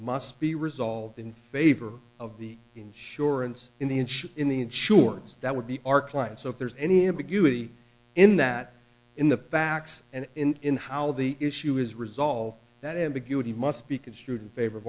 must be resolved in favor of the insurance in the inch in the insurance that would be our client so if there's any ambiguity in that in the facts and in how the issue is resolved that ambiguity must be construed in favor